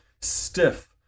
stiff